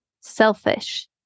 selfish